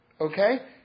okay